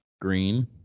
Green